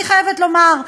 אני חייבת לומר,